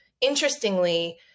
interestingly